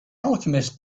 alchemist